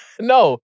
No